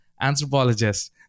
anthropologist